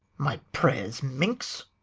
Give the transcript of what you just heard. my prayers, minx!